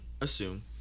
assume